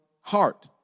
heart